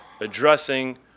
addressing